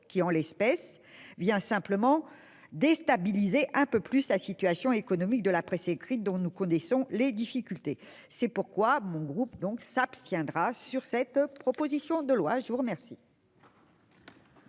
qui, en l'espèce, vient simplement déstabiliser un peu plus la situation économique de la presse écrite, dont nous connaissons les difficultés. C'est pourquoi le groupe CRCE s'abstiendra sur cette proposition de loi. La parole